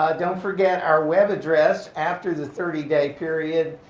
don't forget our web address after the thirty day period.